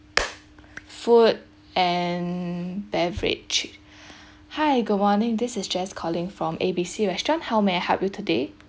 food and beverage hi good morning this is jess calling from A B C restaurant how may I help you today